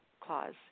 clause